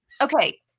Okay